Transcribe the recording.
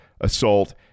assault